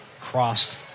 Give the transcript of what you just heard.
cross